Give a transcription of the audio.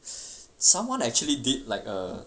someone actually did like uh